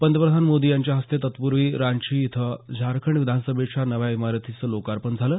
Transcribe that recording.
पंतप्रधान मोदी यांच्या हस्ते रांची इथं झारखंड विधानसभेच्या नव्या इमारतीचं लोकार्पण झालं